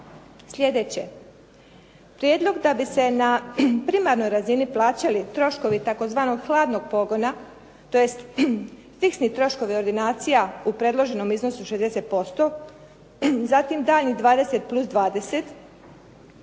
Sljedeće, prijedlog da bi se na primarnoj razini plaćali troškovi tzv. hladnog pogona, tj. fiksni troškovi ordinacija u predloženom iznosu 60%, zatim daljnjih 20 plus 20